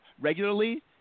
regularly